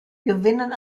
gewinnen